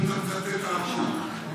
אם אתה מצטט את הרב קוק.